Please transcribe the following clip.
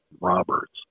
Roberts